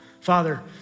Father